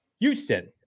Houston